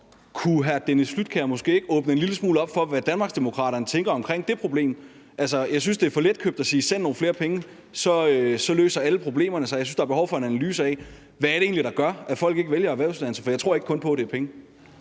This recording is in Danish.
Kunne hr. Dennis Flydtkjær måske ikke åbne en lille smule op for, hvad Danmarksdemokraterne tænker omkring det problem? Altså, jeg synes, det er for letkøbt at sige: Send nogle flere penge, og så løser alle problemerne sig. Jeg synes, at der er behov for en analyse af, hvad det egentlig er, der gør, at folk ikke vælger erhvervsuddannelser, for jeg tror ikke på, at det kun er penge.